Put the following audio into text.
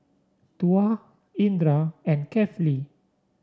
Tuah Indra and Kefli